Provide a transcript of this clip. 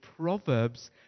Proverbs